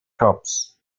cops